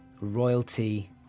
royalty